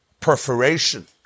perforation